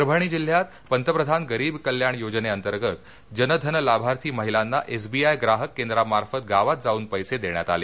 परभणी जिल्ह्यात पंतप्रधान गरीब कल्याण योजने अंतर्गत जन धन लाभार्थी महिलांना एसबीआय ग्राहक केंद्रामार्फत गावात जाऊन पैसे देण्यात आले